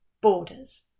borders